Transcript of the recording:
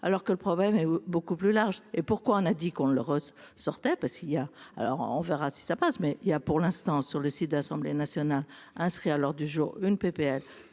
alors que le problème est beaucoup plus large et pourquoi on a dit qu'on ne le Ross sortait parce qu'il y a, alors on verra si ça passe, mais il y a pour l'instant sur le site de l'Assemblée nationale, inscrit à l'heure du jour une PPL